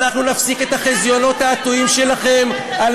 ואנחנו נפסיק את חזיונות התעתועים שלכם על